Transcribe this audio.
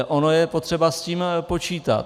Ono je potřeba s tím počítat.